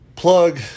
plug